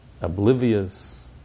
oblivious